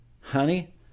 honey